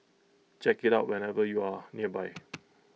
check IT out whenever you are nearby